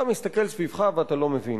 אתה מסתכל סביבך ואתה לא מבין.